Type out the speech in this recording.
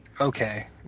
Okay